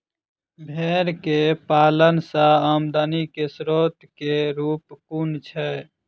भेंर केँ पालन सँ आमदनी केँ स्रोत केँ रूप कुन छैय?